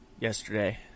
yesterday